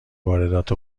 واردات